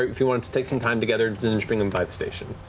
if you wanted to take some time together, then just bring him by the station.